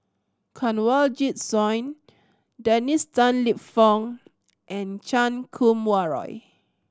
Kanwaljit Soin Dennis Tan Lip Fong and Chan Kum Wah Roy